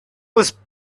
was